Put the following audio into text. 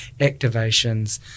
activations